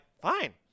fine